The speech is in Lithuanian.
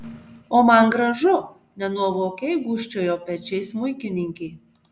o man gražu nenuovokiai gūžčiojo pečiais smuikininkė